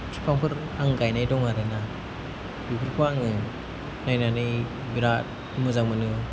बिफांफोर आं गायनाय दं आरोना बेफोरखौ आङो नायनानै बिराद मोजां मोनो